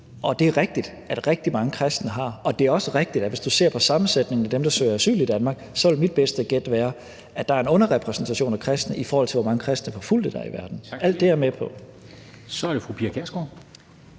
Og det er rigtigt, at rigtig mange kristne har det, og hvis du ser på sammensætningen af dem, der søger asyl i Danmark, vil det være mit bedste gæt, at der er en underrepræsentation af kristne, i forhold til hvor mange kristne forfulgte der er i verden. Alt det er jeg med på. Kl. 18:21 Formanden